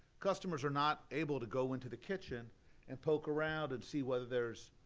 customers are not able to go into the kitchen and poke around and see whether there's,